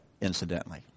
incidentally